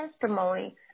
testimony